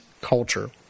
culture